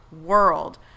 world